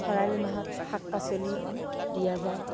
খৰালি মাহত শাক পাচলি দিয়া যায়